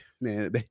man